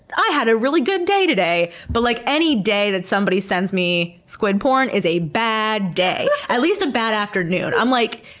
i had a really good day today, but like any day that somebody sends me squid porn is a bad day, at least a bad afternoon. i'm like,